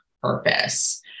purpose